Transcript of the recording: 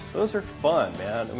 those are fun, man. and